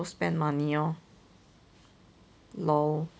so spend money lor lol